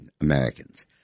Americans